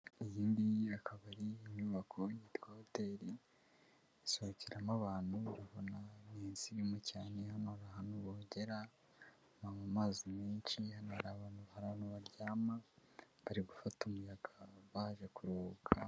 Iyi ngiyi akaba ari inyubako yitwa hoteli, isohokeramo abantu urababona ni insirimu cyane hano hari ahantu bogera mu mazi menshi, hano hari ahantu baryama bari gufata umuyaga baje kuruhuka.